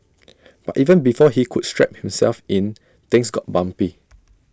but even before he could strap himself in things got bumpy